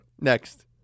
next